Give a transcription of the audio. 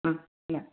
ಹಾಂ ಬಾಯ್